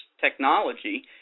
technology